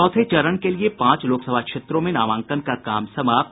चौथे चरण के लिए पांच लोकसभा क्षेत्रों में नामांकन का काम समाप्त